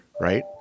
right